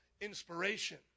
inspiration